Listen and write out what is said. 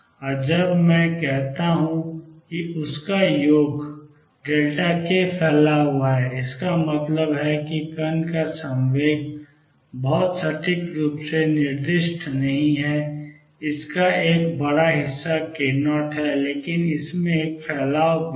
और जब मैं कहता हूं कि उनका योग k फैला हुआ है इसका मतलब है कि कण का संवेग बहुत सटीक रूप से निर्दिष्ट नहीं है इसका एक बड़ा हिस्सा k0 है लेकिन इसमें एक फैलाव भी है